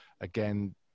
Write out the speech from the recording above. again